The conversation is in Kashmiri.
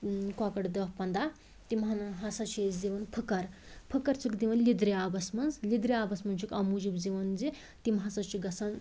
کۄکَر دَہ پنٛدہ تِمن ہَسا چھِ أسۍ دِوان پھٕکَر پھٕکَر چھِکھ دِوان لِدرِ آبَس مَنٛز لِدرِ آبَس مَنٛز چھِکھ اَمہِ موٗجوٗب دِوان زِ تِم ہَسا چھِ گَژھان